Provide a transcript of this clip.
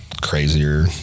crazier